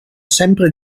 sempre